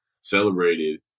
celebrated